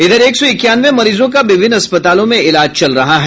इधर एक सौ इक्यानवे मरीजों का विभिन्न अस्पतालों में इलाज चल रहा है